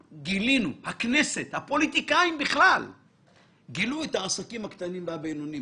הכנסת והפוליטיקאים גילו כאן את העסקים הקטנים והבינוניים.